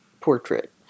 portrait